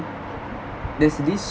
there's this